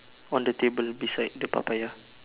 on the table beside the Papaya